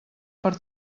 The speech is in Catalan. per